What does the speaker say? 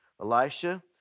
Elisha